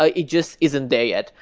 ah it just isn't there yet.